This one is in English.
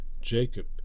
Jacob